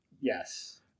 Yes